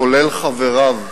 כולל חבריו,